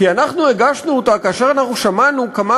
כי אנחנו הגשנו אותה כאשר אנחנו שמענו כמה